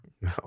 No